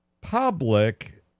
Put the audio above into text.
public